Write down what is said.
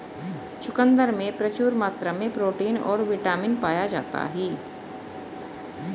चुकंदर में प्रचूर मात्रा में प्रोटीन और बिटामिन पाया जाता ही